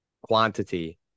quantity